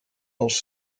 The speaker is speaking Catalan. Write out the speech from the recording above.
els